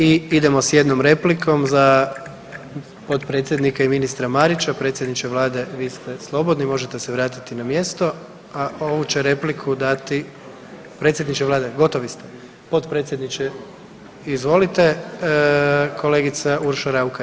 I idemo s jednom replikom za potpredsjednika i ministra Marića, predsjedniče vlade vi ste slobodni možete se vratiti na mjesto, a ovu će repliku dati, predsjedniče vlade gotovi ste, potpredsjedniče izvolite, kolegica Urša Raukar.